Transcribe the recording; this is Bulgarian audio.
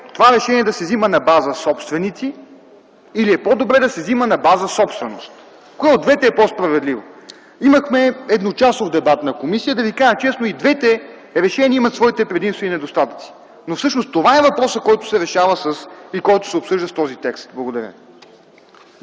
това решение да се взема на база собственици или е по-добре да се взема на база собственост? Кое от двете е по-справедливо? Имахме едночасов дебат на комисия. Да ви кажа честно и двете решения имат своите предимства и недостатъци. Но всъщност това е въпросът, който се решава и който се обсъжда с този текст.